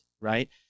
right